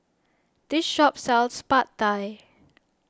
this shop sells Pad Thai